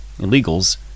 illegals